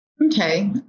Okay